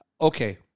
okay